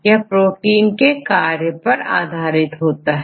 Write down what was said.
यह प्रोटीन के कार्य पर आधारित होता है